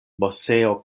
moseo